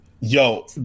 yo